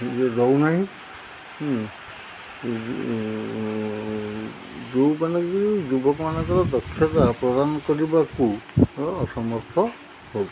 ଦଉନାହିଁ ଯେଉଁମାନେକି ଯୁବମାନଙ୍କର ଦକ୍ଷତା ପ୍ରଦାନ କରିବାକୁ ଅସମର୍ଥ ହେଉଛି